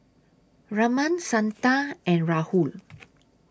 Raman Santha and Rahul